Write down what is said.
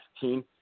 team